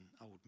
old